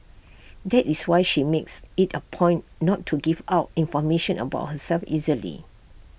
that is why she makes IT A point not to give out information about herself easily